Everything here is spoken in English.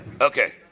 Okay